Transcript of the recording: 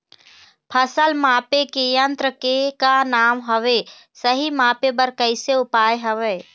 फसल मापे के यन्त्र के का नाम हवे, सही मापे बार कैसे उपाय हवे?